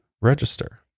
Register